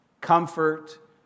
comfort